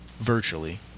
virtually